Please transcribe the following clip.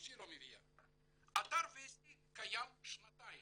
אתר וסטי קיים שנתיים.